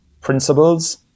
principles